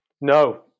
No